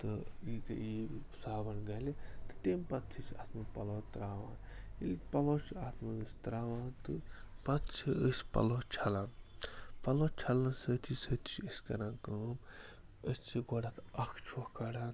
تہٕ یُتھُے یہِ صابَن گَلہِ تہٕ تَمہِ پَتہٕ چھِ أسۍ اَتھ منٛز پَلوٚو ترٛاوان ییٚلہِ پَلوٚو چھِ اَتھ منٛز أسۍ ترٛاوان تہٕ پَتہٕ چھِ أسۍ پَلوٚو چھلان پَلوٚو چھلنہٕ سۭتی سۭتی چھِ أسۍ کَران کٲم أسۍ چھِ گۄڈٕ اَتھ اَکھ چھۅکھ کَڑان